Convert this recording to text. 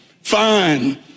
fine